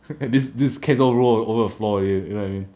these these cans all row over the floor already you know what I mean